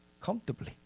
comfortably